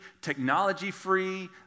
technology-free